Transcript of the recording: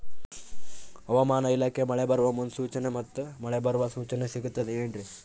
ಹವಮಾನ ಇಲಾಖೆ ಮಳೆ ಬರುವ ಮುನ್ಸೂಚನೆ ಮತ್ತು ಮಳೆ ಬರುವ ಸೂಚನೆ ಸಿಗುತ್ತದೆ ಏನ್ರಿ?